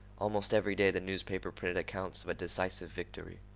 almost every day the newspaper printed accounts of a decisive victory.